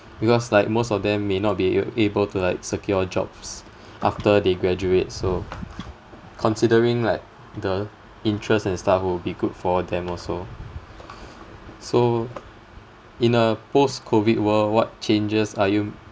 because like most of them may not be a~ able to like secure jobs after they graduate so considering like the interest and stuff will be good for them also so in a post COVID world what changes are you